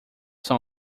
são